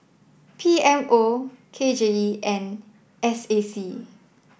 P M O K J E and S A C